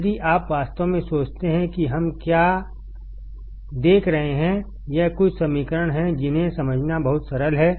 यदि आप वास्तव में सोचते हैं कि हम क्या देख रहे हैंयह कुछ समीकरण हैं जिन्हेंसमझनाबहुत सरल है